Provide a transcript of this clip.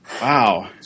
Wow